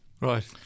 Right